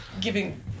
giving